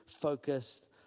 focused